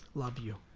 love you.